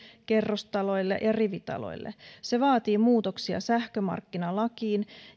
kerrostaloille ja rivitaloille se vaatii muutoksia sähkömarkkinalakiin